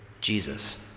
Jesus